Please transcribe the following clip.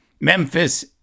Memphis